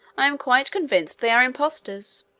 i am quite convinced they are impostors